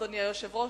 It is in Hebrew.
אדוני היושב-ראש,